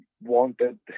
wanted